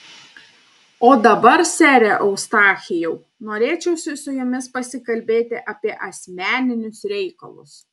o dabar sere eustachijau norėčiau su jumis pasikalbėti apie asmeninius reikalus